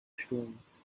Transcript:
stones